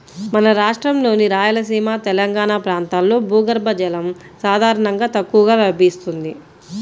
మన రాష్ట్రంలోని రాయలసీమ, తెలంగాణా ప్రాంతాల్లో భూగర్భ జలం సాధారణంగా తక్కువగా లభిస్తుంది